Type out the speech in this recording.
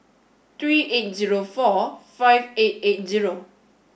three eight zero four five eight eight zero